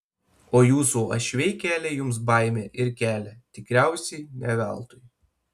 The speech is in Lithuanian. o jūsų uošviai kelia jums baimę ir kelia tikriausiai ne veltui